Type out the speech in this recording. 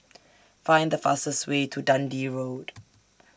Find The fastest Way to Dundee Road